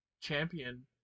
champion